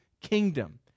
kingdom